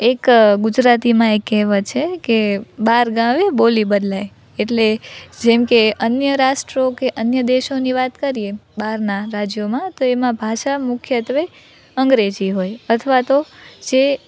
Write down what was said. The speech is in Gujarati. એક ગુજરાતીમાં એક કહેવત છે કે બાર ગામે બોલી બદલાય એટલે જેમકે અન્ય રાષ્ટ્રો કે અન્ય દેશોની વાત કરીએ બહારના રાજ્યોમાં તો એમાં ભાષા મુખ્યત્ત્વે અંગ્રેજી હોય અથવા તો જે